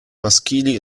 maschili